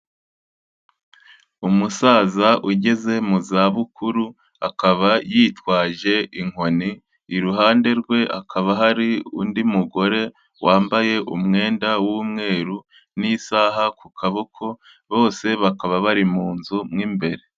Umusaza ugeze mu zabukuru, akaba yitwaje inkoni, iruhande rwe hakaba hari undi mugore wambaye umwenda w'umweru n'isaha ku kaboko, bose bakaba bari mu nzu mo imbere.